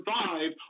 survive